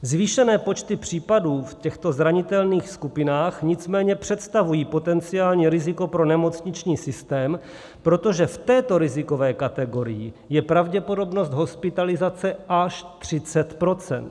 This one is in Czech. Zvýšené počty případů v těchto zranitelných skupinách nicméně představují potenciální riziko pro nemocniční systém, protože v této rizikové kategorii je pravděpodobnost hospitalizace až 30 %.